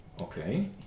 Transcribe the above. Okay